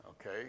Okay